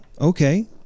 Okay